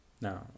Now